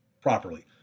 properly